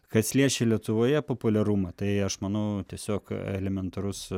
kas liečia lietuvoje populiarumą tai aš manau tiesiog elementarus